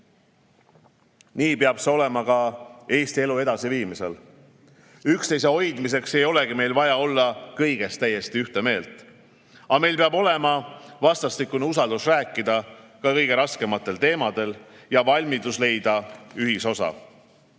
Nii peab see olema ka Eesti elu edasiviimisel. Üksteise hoidmiseks ei olegi meil vaja olla kõiges täiesti ühel meelel, aga meil peab olema vastastikune usaldus rääkida ka kõige raskematel teemadel ja valmidus leida ühisosa.